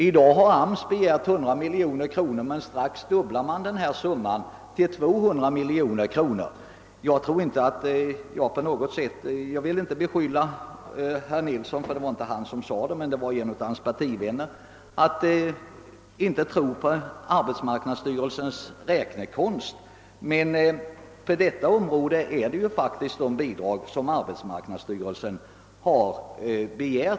I dag har AMS begärt 100 miljoner kronor, men strax dubblar reservanterna denna summa till 200 miljoner kronor. Jag vill inte beskylla herr Nilsson i Tvärålund för att inte tro på arbetsmarknadsstyrelsens räknekonst — det var inte han som anklagade mig, men det var en av hans partivänner — men nu rör det sig faktiskt om det anslag som arbetsmarknadsstyrelsen har begärt.